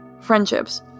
friendships